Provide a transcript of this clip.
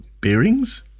Bearings